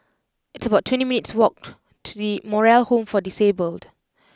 it's about twenty minutes' walk to The Moral Home for Disabled